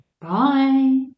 Bye